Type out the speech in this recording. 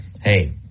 hey